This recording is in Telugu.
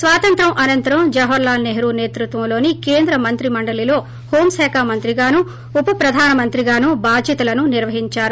స్వాతంత్ర్వానంతరం జవహార్ లాల్ సెహ్రూ సేతృత్వంలోని కేంద్ర మంత్రిమండలిలో హోంశాఖ మంత్రి గానూ ఉప ప్రధానమంత్రి గానూ బాధ్యతలను నిర్వహించారు